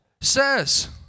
says